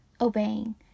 obeying